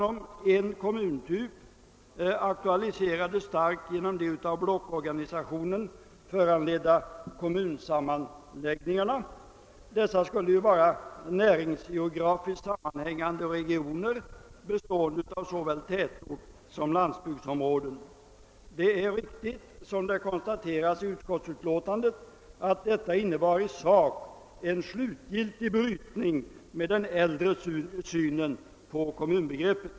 Frågan om en komuntyp aktualiserades genom de av blockorganisationen föranledda kommunsammanläggningarna. Dessa skulle vara näringsgeografiskt sammanhängande regioner, bestående av såväl tätort som landsbygdsområde. Det är riktigt som konstaterats i utskottsutlåtandet att detta i sak innebar en slutgiltig brytning med den äldre synen på kommunbegreppet.